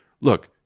look